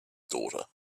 daughter